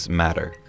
matter